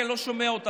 כי אני לא שומע אותה.